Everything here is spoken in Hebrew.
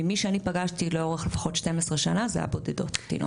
ממי שאני פגשתי לאורך לפחות 12 שנה זה היה בודדות קטינות.